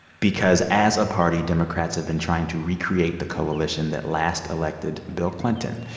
because as a party, democrats have been trying to recreate the coalition that last elected bill clinton.